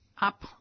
up